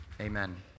Amen